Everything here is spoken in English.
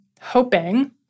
hoping